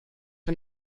wir